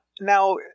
Now